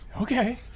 Okay